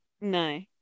no